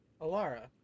Alara